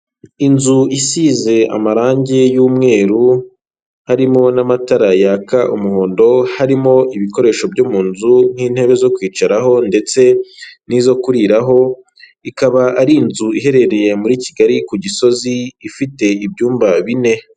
Inzu isize amarangi y'umweru harimo n'amatara yaka umuhondo, harimo ibikoresho byo mu nzu nk'intebe zo kwicaraho ndetse n'izo kuriraho, ikaba ari inzu iherereye muri kigali ku gisozi ifite ibyumba bine.